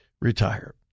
retire